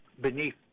beneath